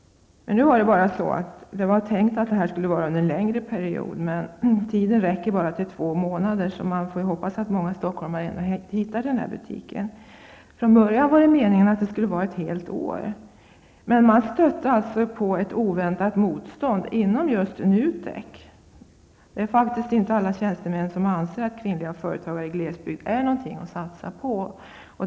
Projektet var tänkt att pågå under en längre period, men det blir bara två månader. Man får därför hoppas att många stockholmare hittar till den här butiken. Från början var det meningen att projektet skulle pågå ett helt år, men man stötte på ett oväntat mostånd inom NUTEK. Det är faktiskt inte alla tjänstemän som anser att kvinnliga företagare i glesbygd är något att satsa på.